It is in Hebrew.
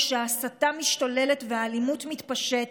כשההסתה משתוללת והאלימות מתפשטת,